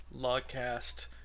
logcast